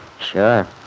Sure